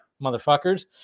motherfuckers